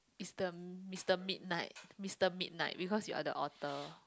is the Mister Midnight Mister Midnight because you are the author